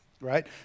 right